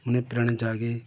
মনে প্রাণে জাগে